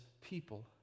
people